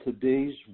today's